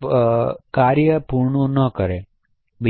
પૂર્ણ થવાની રાહ જુએ છે